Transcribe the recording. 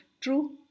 True